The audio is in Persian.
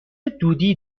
دودی